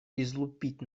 излупить